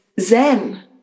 Zen